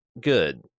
good